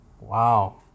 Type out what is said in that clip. Wow